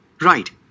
Right